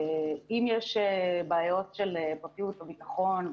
אם יש בעיות של פרטיות או ביטחון,